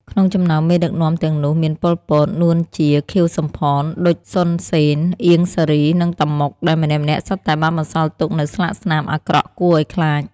ក្នុងចំណោមមេដឹកនាំទាំងនោះ មានប៉ុល ពត នួន ជា ខៀវ សំផន ឌុច សុន សេន អៀង សារី និងតាម៉ុក ដែលម្នាក់ៗសុទ្ធតែបានបន្សល់ទុកនូវស្លាកស្នាមអាក្រក់គួរឱ្យខ្លាច។